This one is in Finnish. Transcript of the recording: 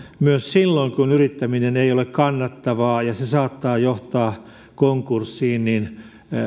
myös silloin kun yrittäminen ei ole kannattavaa ja se saattaa johtaa konkurssiin